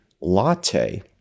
latte